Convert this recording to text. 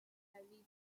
heavy